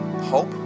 hope